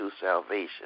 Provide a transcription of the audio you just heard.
salvation